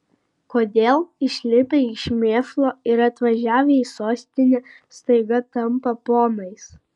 kodėl išlipę iš mėšlo ir atvažiavę į sostinę staiga tampa ponais